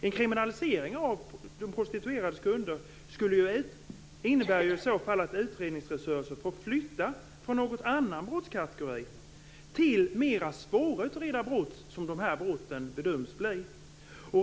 En kriminalisering av de prostituerades kunder innebär att utredningsresurser får flyttas från någon annan brottskategori till mer svårutredda brott, som dessa brott bedöms bli.